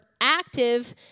active